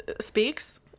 speaks